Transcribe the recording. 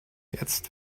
jetzt